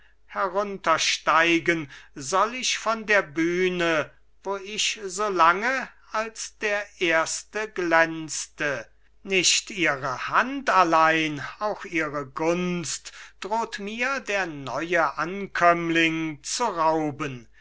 heruntersteigen soll ich von der bühne wo ich so lange als der erste glänzte nicht ihre hand allein auch ihre gunst droht mir der neue ankömmling zu rauben